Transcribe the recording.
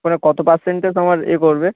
তোমরা কতো পারসেন্টে তোমার এ করবে